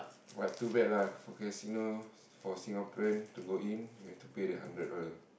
what too bad lah for casinos for Singaporean to go in we have to pay the hundred dollar